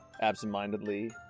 absentmindedly